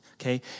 okay